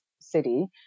city